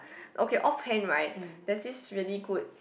okay off hand right there's this really good